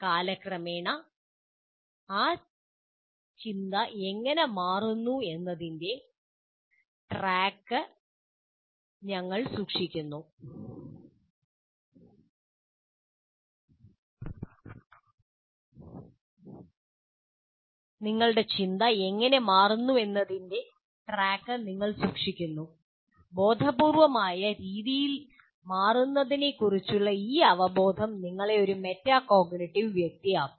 കാലക്രമേണ നിങ്ങളുടെ ചിന്ത എങ്ങനെ മാറുന്നുവെന്നതിന്റെ ട്രാക്ക് നിങ്ങൾ സൂക്ഷിക്കുന്നു ബോധപൂർവമായ രീതിയിൽ മാറുന്നതിനെക്കുറിച്ചുള്ള ഈ അവബോധം നിങ്ങളെ ഒരു മെറ്റാകോഗ്നിറ്റീവ് വ്യക്തിയാക്കുന്നു